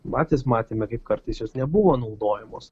patys matėme kaip kartais jos nebuvo naudojamos